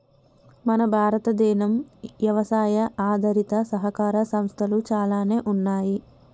మన భారతదేనం యవసాయ ఆధారిత సహకార సంస్థలు చాలానే ఉన్నయ్యి